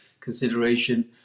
consideration